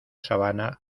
sabana